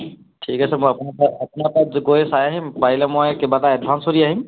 ঠিক আছে মই আপোনাৰ আপোনাৰ তাত গৈ চাই আহিম পাৰিলে মই কিবা এটা এডভান্সো দি আহিম